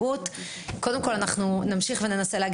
ולהרוויח פחות כסף אבל יש כאלה שלא יכולים להרשות